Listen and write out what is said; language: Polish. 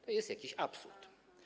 To jest jakiś absurd.